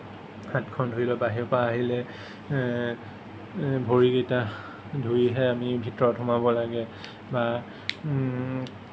হাতখন ধুই লৈ বাহিৰৰ পৰা আহিলে ভৰিকেইটা ধুইহে আমি ভিতৰত সোমাব লাগে বা